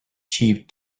cheap